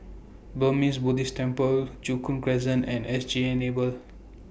Burmese Buddhist Temple Joo Koon Crescent and S G Enable